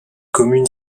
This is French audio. commune